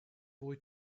boy